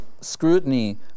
scrutiny